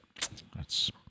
That's-